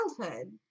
childhood